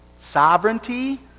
sovereignty